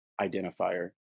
identifier